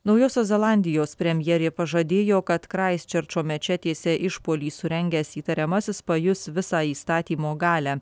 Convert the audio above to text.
naujosios zelandijos premjerė pažadėjo kad kraistčerčo mečetėse išpuolį surengęs įtariamasis pajus visą įstatymo galią